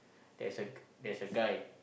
there's a g~ there's a guy